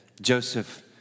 Joseph